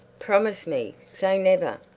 promise me! say never!